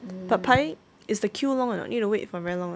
Popeye is the queue long or not need to wait for very long or not